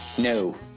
No